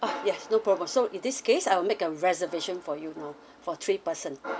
uh yes no problem so in this case I will make a reservation for you now for three person